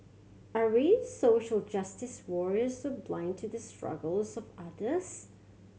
are we social justice warriors or blind to the struggles of others